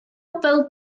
fel